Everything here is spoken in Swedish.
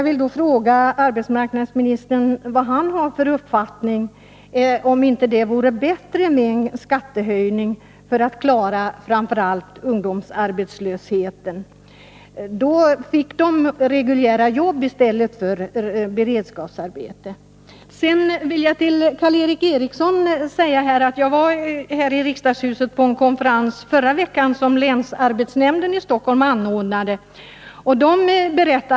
Vilken uppfattning har arbetsmarknadsministern? Vore det inte bättre med en skattehöjning för att klara framför allt ungdomsarbetslösheten? Då fick de arbetslösa reguljära jobb i stället för beredskapsarbeten. Till Karl Erik Eriksson vill jag säga att jag var i förra veckan här i riksdagshuset på en konferens som länsarbetsnämnden i Stockholm anordnade.